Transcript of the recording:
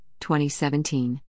2017